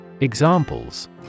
Examples